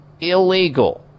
illegal